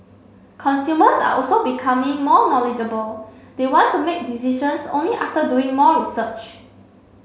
consumers are also becoming more knowledgeable they want to make decisions only after doing more research